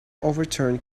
overturned